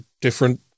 different